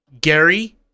Gary